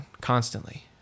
constantly